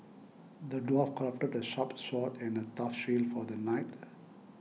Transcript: the dwarf crafted a sharp sword and a tough shield for the knight